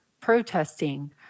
protesting